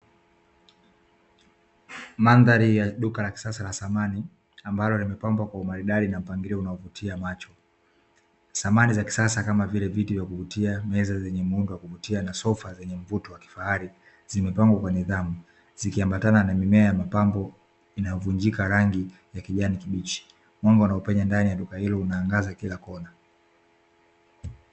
Mandhari ya duka la kisasa la samani, ambalo limepambwa kwa umarudadi ma mpangilio unaovutia macho. Samani za kisasa kama vile viti vya kuvutia, meza zenye muundo wa kuvutia na sofa zenye mvuto wa kifahari, zimepangwa kwa nidhamu . Zikiambatana na mimea ya mapambo inayovujika rangi ya kijani kibichi, mwanga unaopenya ndani ya duka hilo unaangaza kila Kona.